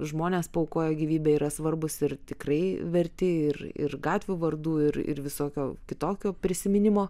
žmonės paaukojo gyvybę yra svarbūs ir tikrai verti ir ir gatvių vardų ir ir visokio kitokio prisiminimo